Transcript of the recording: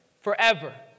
forever